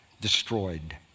destroyed